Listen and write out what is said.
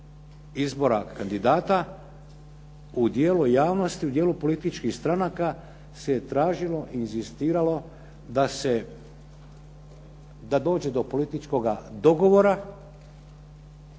izbora kandidata u dijelu javnosti, u dijelu političkih stranaka se tražilo i inzistiralo da dođe do političkoga dogovora